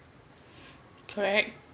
correct